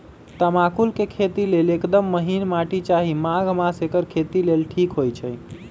तमाकुल के खेती लेल एकदम महिन माटी चाहि माघ मास एकर खेती लेल ठीक होई छइ